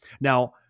Now